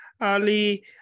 Ali